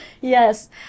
yes